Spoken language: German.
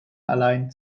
allein